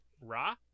Ra